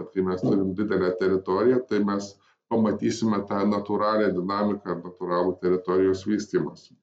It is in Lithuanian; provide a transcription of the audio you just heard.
kai mes turim didelę teritoriją tai mes pamatysime tą natūralią dinamiką natūralų teritorijos vystymąsi